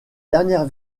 dernière